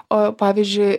o pavyzdžiui